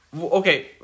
Okay